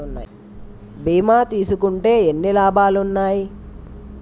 బీమా తీసుకుంటే ఎన్ని లాభాలు ఉన్నాయి?